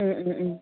മ് മ് മ്